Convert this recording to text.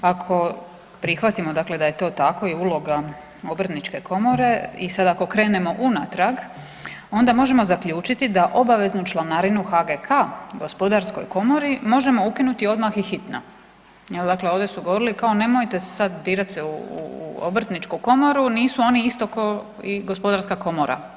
Ako prihvatimo dakle da je to tako i uloga obrtničke komore i sad ako krenemo unatrag onda možemo zaključiti da obaveznu članarinu HGK, gospodarskoj komori možemo ukinuti odmah i hitno jel dakle ovdje su govorili kao nemojte sad dirat se u obrtničku komoru, nisu oni isto ko i gospodarska komora.